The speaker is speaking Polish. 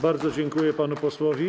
Bardzo dziękuję panu posłowi.